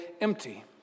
empty